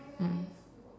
mm